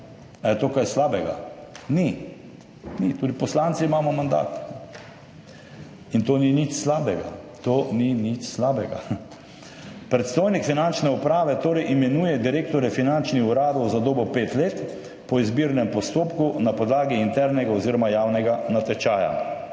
Ali je to kaj slabega? Ni. Tudi poslanci imamo mandat in to ni nič slabega. To ni nič slabega. Predstojnik Finančne uprave torej imenuje direktorje finančnih uradov za dobo petih let po izbirnem postopku, na podlagi internega oziroma javnega natečaja.